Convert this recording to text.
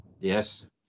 Yes